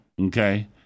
okay